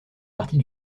partie